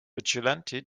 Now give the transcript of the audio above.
vigilante